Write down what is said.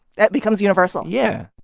that becomes universal yeah